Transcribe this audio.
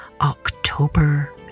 October